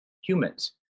humans